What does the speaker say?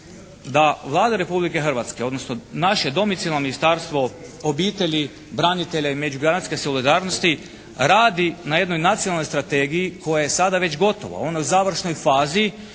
da Vlada Republike Hrvatske, odnosno naše domicijelno Ministarstvo obitelji, branitelja i međugeneracijske solidarnosti radi na jednoj nacionalnoj strategiji koja je sada već gotova, ona je u završnoj fazi